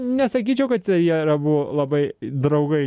nesakyčiau kad jie abu labai draugai